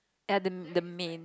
ya the the main